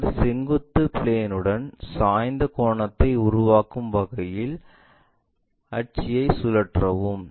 பின்னர் செங்குத்து பிளேன் சாய்ந்த கோணத்தை உருவாக்கும் வகையில் அட்சியை சுழற்றவும்